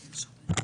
בבקשה.